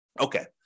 Okay